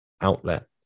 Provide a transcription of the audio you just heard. outlet